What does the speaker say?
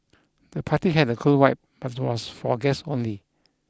the party had a cool vibe but was for guests only